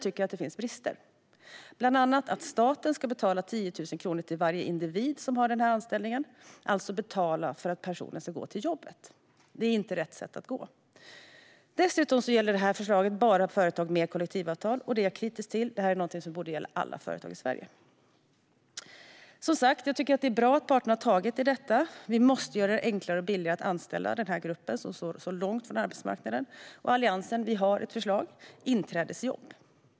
Men det finns brister, bland annat att staten ska betala 10 000 kronor till varje individ som har denna anställning, alltså betala för att personen ska gå till jobbet. Det är inte rätt väg att gå. Dessutom gäller förslaget bara företag med kollektivavtal. Det är jag kritisk till. Det borde gälla alla företag i Sverige. Det är bra att parterna har tagit tag i detta. Vi måste göra det enklare och billigare att anställa denna grupp som står långt från arbetsmarknaden. Alliansen har ett förslag: inträdesjobb.